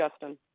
Justin